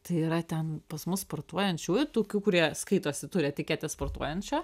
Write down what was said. tai yra ten pas mus sportuojančiųjų tokių kurie skaitosi turi etiketę sportuojančio